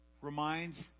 reminds